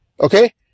Okay